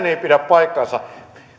ei pidä paikkaansa